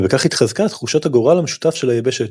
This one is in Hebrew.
ובכך התחזקה תחושת הגורל המשותף של היבשת.